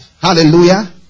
hallelujah